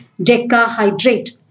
decahydrate